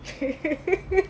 okay